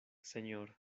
señor